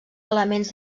elements